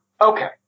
Okay